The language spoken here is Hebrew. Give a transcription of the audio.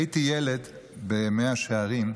הייתי ילד במאה שערים,